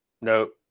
Nope